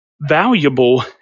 valuable